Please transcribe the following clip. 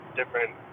different